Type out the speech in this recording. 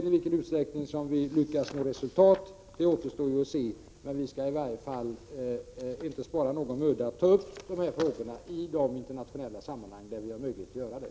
I vilken utsträckning vi lyckas nå resultat återstår att se, men vi skall i varje fall inte spara någon möda när det gäller att ta upp de här frågorna i de internationella sammanhang där vi har möjlighet att göra det.